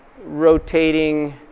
rotating